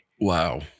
Wow